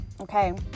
Okay